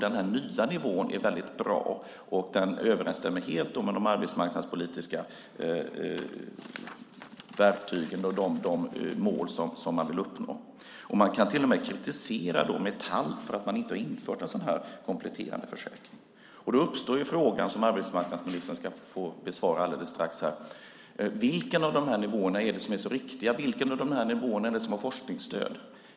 Den nya nivån är bra och överensstämmer helt med de arbetsmarknadspolitiska verktygen och de mål som man vill uppnå. Man kan till och med kritisera Metall för att inte ha infört en kompletterande försäkring. Då uppstår frågorna som arbetsmarknadsministern ska få besvara alldeles strax: Vilken av dessa nivåer är riktig? Vilken av dessa nivåer har forskningsstöd?